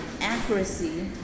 accuracy